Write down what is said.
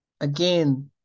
Again